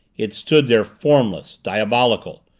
it stood there, formless, diabolical,